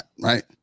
right